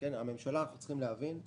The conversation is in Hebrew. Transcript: צריך להבין,